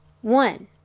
One